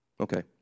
Okay